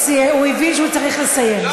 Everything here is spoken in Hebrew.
הוא הבין שהוא צריך לסיים.